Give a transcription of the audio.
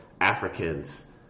Africans